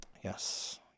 Yes